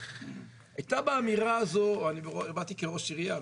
אני באתי כראש עירייה,